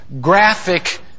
graphic